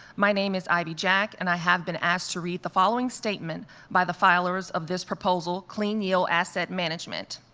my name is ivy jack, and i have been asked to read the following statement by the filers of this proposal, clean yield asset management.